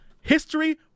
history